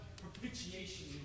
propitiation